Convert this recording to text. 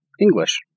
English